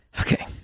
Okay